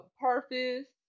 purpose